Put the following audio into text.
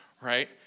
right